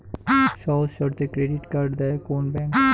সহজ শর্তে credit card দেয় কোন ব্যাংক?